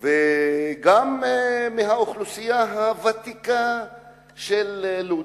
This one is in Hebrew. וגם מהאוכלוסייה הוותיקה של לוד,